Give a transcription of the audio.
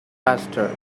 faster